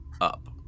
up